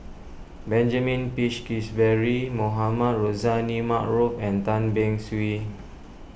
Benjamin Peach Keasberry Mohamed Rozani Maarof and Tan Beng Swee